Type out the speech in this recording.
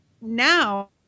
now